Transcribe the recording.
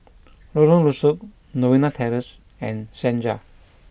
Lorong Rusuk Novena Terrace and Senja